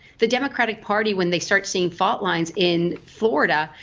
the democratic party when they start seeing faultlines in florida,